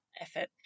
effort